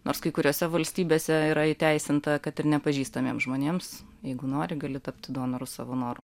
nors kai kuriose valstybėse yra įteisinta kad ir nepažįstamiem žmonėms jeigu nori gali tapti donoru savo noru